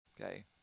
okay